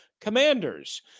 Commanders